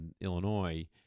Illinois